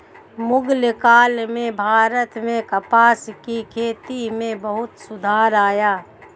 मुग़ल काल में भारत में कपास की खेती में बहुत सुधार आया